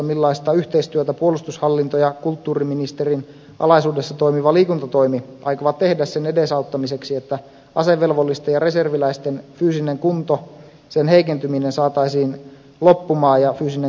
millaista yhteistyötä puolustushallinto ja kulttuuriministerin alaisuudessa toimiva liikuntatoimi aikovat tehdä sen edesauttamiseksi että asevelvollisten ja reserviläisten fyysisen kunnon heikentyminen saataisiin loppumaan ja fyysinen kunto paranemaan